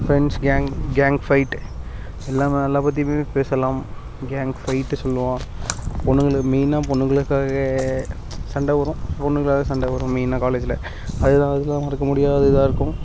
friends gang gang fight எல்லாமே எல்லாம் பற்றியுமே பேசலாம் கேங் ஃபைட்டை சொல்லுவோம் பொண்ணுங்களுக்கு மெயின்னா பொண்ணுங்களுக்காக சண்டை வரும் பொண்ணுக்காக சண்டை வரும் மெயின்னா காலேஜில் அது தான் அதெலாம் மறக்க முடியாத இதாகா இருக்கும்